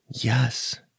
Yes